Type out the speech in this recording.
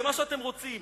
זה מה שאתם רוצים,